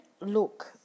look